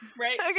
right